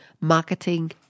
marketing